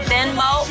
Venmo